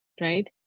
right